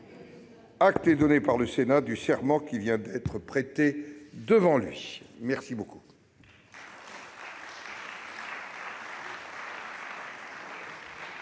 Acte est donné par le Sénat du serment qui vient d'être prêté devant lui. Nous